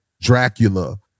Dracula